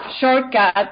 shortcut